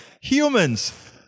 humans